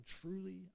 Truly